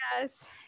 yes